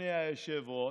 אדוני היושב-ראש,